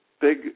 big